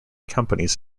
companies